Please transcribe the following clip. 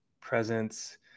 presence